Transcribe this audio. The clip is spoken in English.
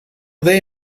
they